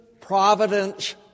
providence